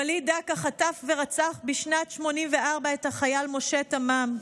וליד דקה חטף ורצח בשנת 1984 את החייל משה תמם.